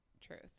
Truth